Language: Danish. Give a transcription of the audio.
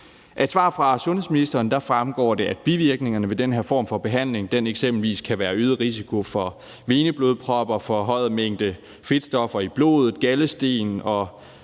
et svar fra sundhedsministeren fremgår det, at bivirkningerne ved den her form for behandling eksempelvis kan være øget risiko for veneblodpropper, forhøjet mængde fedtstoffer i blodet, galdesten,